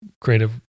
creative